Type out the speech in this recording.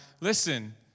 listen